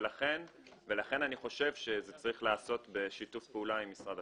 ולכן אני חושב שזה צריך להיעשות בשיתוף פעולה עם משרד הפנים.